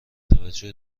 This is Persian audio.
توجه